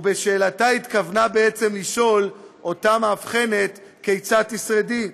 ובשאלתה התכוונה בעצם לשאול אותה המאבחנת: כיצד תשרדי?